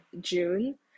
June